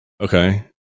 Okay